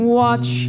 watch